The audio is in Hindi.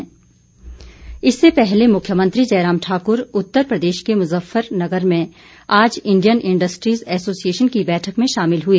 सीएम बै ठक इससे पहले मुख्यमंत्री जयराम ठाकुर उत्तर प्रदेश के मुजफ्फर नगर में आज इण्डियन इंडस्ट्रीज़ एसोसिएशन की बैठक में शामिल हुए